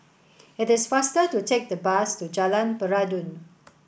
it is faster to take the bus to Jalan Peradun